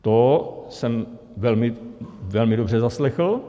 To jsem velmi, velmi dobře zaslechl.